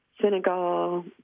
Senegal